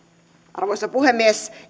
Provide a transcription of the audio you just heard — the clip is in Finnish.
arvoisa puhemies